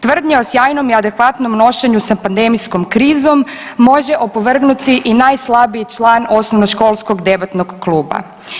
Tvrdnja o sjajnom i adekvatnom nošenju sa pandemijskom krizom može opovrgnuti i najslabiji član osnovno školskog debatnog kluba.